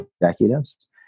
executives